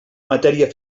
matèria